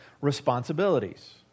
responsibilities